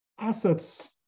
assets